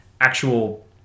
actual